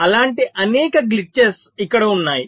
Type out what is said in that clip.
అలాంటి అనేక గ్లిట్చెస్ ఇక్కడ ఉన్నాయి